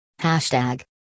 Hashtag